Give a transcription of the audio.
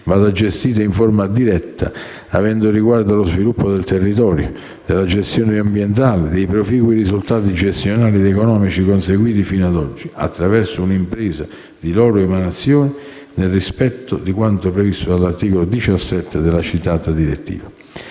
vada gestita in forma diretta -avendo riguardo dello sviluppo territoriale, della gestione ambientale e dei proficui risultati gestionali ed economici conseguiti fino ad oggi - attraverso un'impresa di loro emanazione, nel rispetto di quanto previsto dall'articolo 17 della citata direttiva.